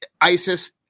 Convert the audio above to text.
ISIS